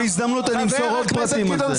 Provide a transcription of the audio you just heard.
בהזדמנות אני אמסור עוד פרטים על זה.